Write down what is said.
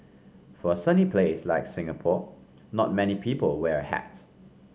for a sunny place like Singapore not many people wear a hat